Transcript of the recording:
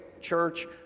church